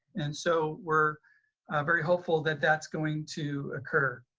and so we're very hopeful that that's going to occur.